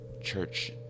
church